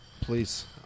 Please